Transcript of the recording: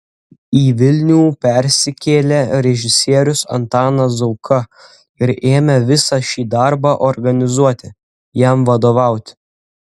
į vilnių persikėlė režisierius antanas zauka ir ėmė visą šį darbą organizuoti jam vadovauti